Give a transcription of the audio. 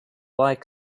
like